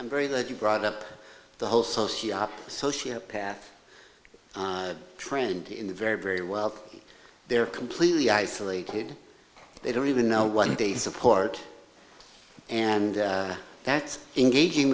i'm very glad you brought up the whole social sociopath trend in the very very well they're completely isolated they don't even know what they support and that's engaging